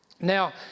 Now